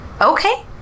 Okay